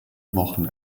wochen